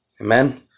Amen